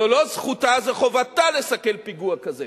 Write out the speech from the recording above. זו לא זכותה, זו חובתה, לסכל פיגוע כזה.